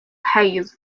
hayes